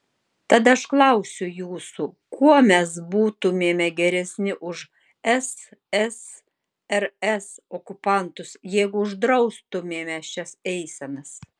tad aš klausiu jūsų kuo mes būtumėme geresni už ssrs okupantus jeigu uždraustumėme šias eisenas